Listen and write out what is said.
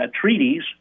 treaties